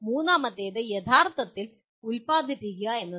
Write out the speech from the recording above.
മൂന്നാമത്തേത് യഥാർത്ഥത്തിൽ "ഉൽപാദിപ്പിക്കുക" എന്നതാണ്